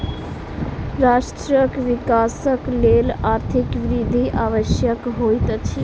राष्ट्रक विकासक लेल आर्थिक वृद्धि आवश्यक होइत अछि